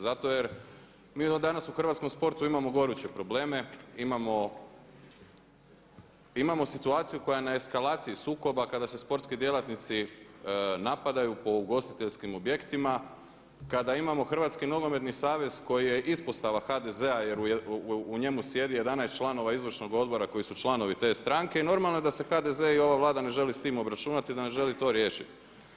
Zato jer mi danas u hrvatskom sportu imamo goruće probleme, imamo situaciju koja je na eskalaciji sukoba kada se sportski djelatnici napadaju po ugostiteljskim objektima, kada imamo Hrvatski nogometni savez koji je ispostava HDZ-a jer u njemu sjedi 11 članova izvršnog odbora koji su članovi te stranke i normalno je da se HDZ i ova Vlada ne želi s time obračunati, da ne želi to riješiti.